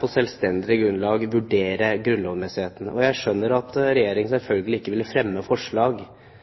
på selvstendig grunnlag å kunne vurdere grunnlovsmessigheten. Jeg skjønner at Regjeringen selvfølgelig ikke vil fremme forslag